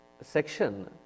section